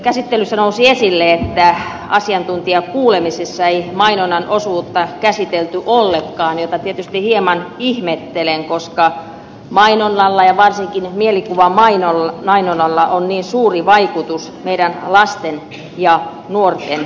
käsittelyssä nousi esille että asiantuntijakuulemisissa ei mainonnan osuutta käsitelty ollenkaan mitä tietysti hieman ihmettelen koska mainonnalla ja varsinkin mielikuvamainonnalla on niin suuri vaikutus meidän lasten ja nuorten maailmassa